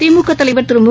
திமுகதலைவர் திருமு